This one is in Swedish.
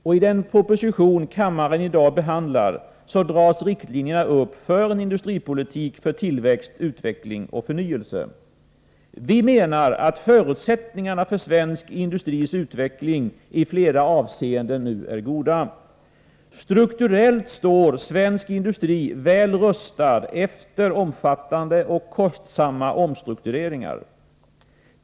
I den proposition som kammaren i dag behandlar dras riktlinjerna upp för en industripolitik för tillväxt, utveckling och förnyelse. Vi menar att förutsättningarna för svensk industris utveckling i flera avseenden nu är goda. Strukturellt står svensk industri väl rustad efter omfattande — och kostsamma — omstruktureringar.